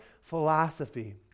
philosophy